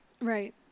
Right